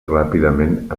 ràpidament